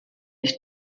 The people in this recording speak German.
ich